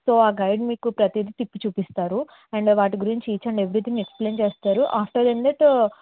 so ఆ guide మీకు ప్రతిది తిప్పి చూపిస్తారు అండ్ వాటి గురించి ఈచ్ అండ్ ఎవ్రీథింగ్ ఎక్స్ప్లెయిన్ చేస్తారు ఆఫ్టర్ అండ్ దట్